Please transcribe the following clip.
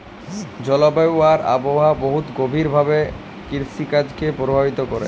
জলবায়ু আর আবহাওয়া বহুত গভীর ভাবে কিরসিকাজকে পরভাবিত ক্যরে